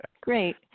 Great